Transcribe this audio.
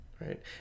right